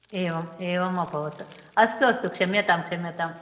एवम् एवम् अभवत् अस्तु अस्तु क्षम्यतां क्षम्यताम्